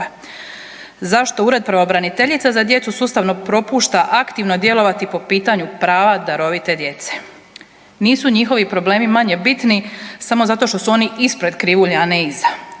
Zašto Ured pravobraniteljice za djecu sustavno propušta aktivno djelovati po pitanju prava darovite djece? Nisu njihovi problemi manje bitni samo zato što su oni ispred krivulje, a ne iza.